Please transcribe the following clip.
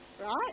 right